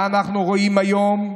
מה אנחנו רואים היום?